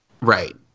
Right